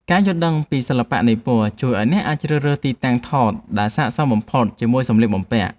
ការយល់ដឹងពីសិល្បៈនៃពណ៌ជួយឱ្យអ្នកអាចជ្រើសរើសទីតាំងថតដែលសក្តិសមបំផុតជាមួយសម្លៀកបំពាក់។